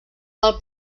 del